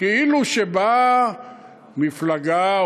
כאילו שבאים מפלגה,